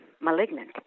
malignant